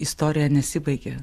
istorija nesibaigia